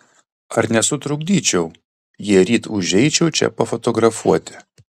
ar nesutrukdyčiau jei ryt užeičiau čia pafotografuoti